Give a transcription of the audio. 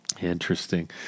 Interesting